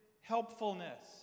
helpfulness